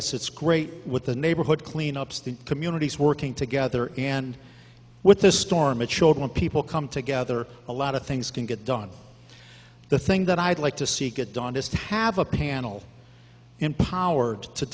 us it's great with the neighborhood cleanups the communities working together and with this storm it showed when people come together a lot of things can get done the thing that i'd like to see get done is to have a panel empowered to